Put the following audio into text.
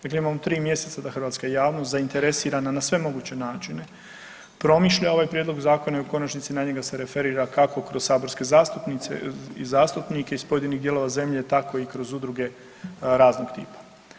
Dakle, imamo tri mjeseca da hrvatska javnost zainteresirana na sve moguće načine promišlja ovaj Prijedlog zakona i u konačnici na njega se referira kako kroz saborske zastupnice i zastupnike iz pojedinih dijelova zemlje tako i kroz udruge raznog tipa.